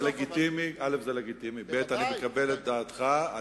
זה לגיטימי ואני מקבל את דבריך,